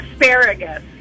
Asparagus